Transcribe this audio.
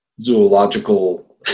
zoological